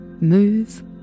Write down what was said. move